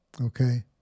Okay